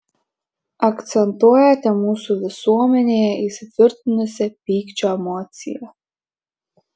akcentuojate mūsų visuomenėje įsitvirtinusią pykčio emociją